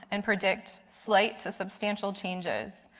and predict flight to substantial changes.